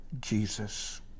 Jesus